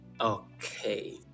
okay